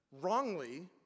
wrongly